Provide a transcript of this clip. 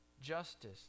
Justice